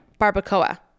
barbacoa